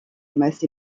most